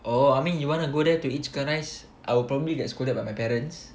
oh I mean you want to go there to eat chicken rice I will probably get scolded by my parents